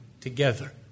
together